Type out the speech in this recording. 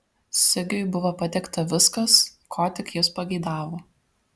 sigiui buvo patiekta viskas ko tik jis pageidavo